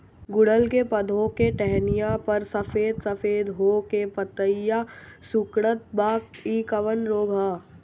गुड़हल के पधौ के टहनियाँ पर सफेद सफेद हो के पतईया सुकुड़त बा इ कवन रोग ह?